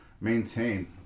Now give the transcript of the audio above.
maintain